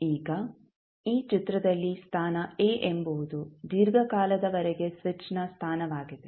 ಈಗ ಈ ಚಿತ್ರದಲ್ಲಿ ಸ್ಥಾನ a ಎಂಬುದು ದೀರ್ಘಕಾಲದವರೆಗೆ ಸ್ವಿಚ್ನ ಸ್ಥಾನವಾಗಿದೆ